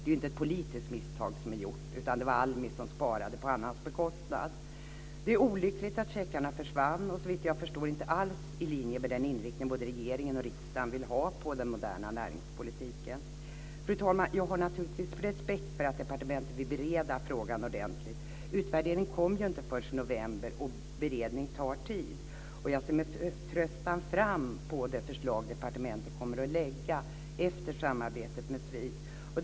Det är inte ett politiskt misstag som är gjort, utan det var Det är olyckligt att checkarna försvann och såvitt jag förstår inte alls i linje med den inriktning både regeringen och riksdagen vill ha på den moderna näringspolitiken. Fru talman! Jag har naturligtvis respekt för att departementet vill bereda frågan ordentligt. Utvärderingen kom inte förrän i november, och beredning tar tid. Jag ser med förtröstan fram emot det förslag som departementet kommer att lägga fram efter samarbetet med SVID.